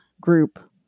group